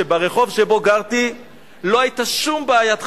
שברחוב שבו גרתי לא היתה שום בעיית חנייה: